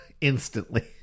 Instantly